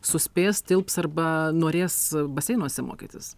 suspės tilps arba norės baseinuose mokytis